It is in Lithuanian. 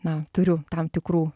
na turiu tam tikrų